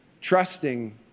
trusting